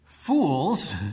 Fools